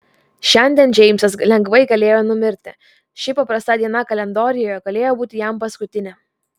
šiandien džeimsas lengvai galėjo numirti ši paprasta diena kalendoriuje galėjo būti jam paskutinė